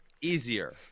easier